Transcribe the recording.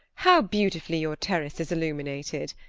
how beautifully your terrace is illuminated.